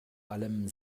allem